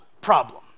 problem